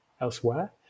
elsewhere